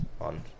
on